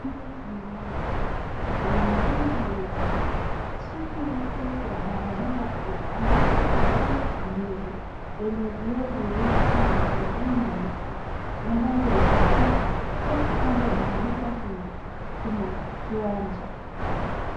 Anga ya sanawati yenye mawingu meupe. Chini yake kuna barabara kuu ambapo kuna gari ya kijivu yenye vioo vyeusi na magurudumu meusi ambalo linapita huku kando ya barabara hiyo kuna kiwanja.